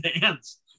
dance